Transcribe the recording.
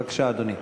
בבקשה, אדוני.